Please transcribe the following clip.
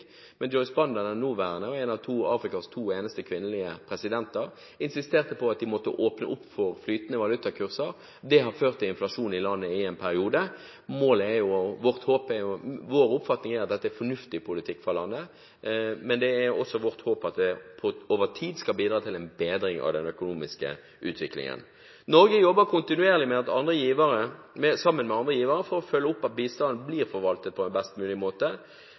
Men Joyce Banda, den nåværende presidenten og en av Afrikas to eneste kvinnelige presidenter, insisterte på at de måtte åpne opp for flytende valutakurser. Det har ført til inflasjon i landet i en periode. Vår oppfatning er at dette er fornuftig politikk fra landet, men det er også vårt håp at det over tid skal bidra til en bedring av den økonomiske utviklingen. Norge jobber kontinuerlig sammen med andre givere for å følge opp at bistanden blir forvaltet på en best mulig måte.